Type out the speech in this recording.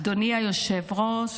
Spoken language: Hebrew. אדוני היושב-ראש,